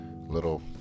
little